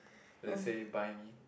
do they say buy me